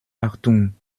achtung